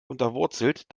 unterwurzelt